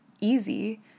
easy